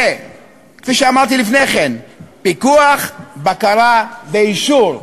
כפי שאמרתי לפני כן: פיקוח, בקרה ואישור.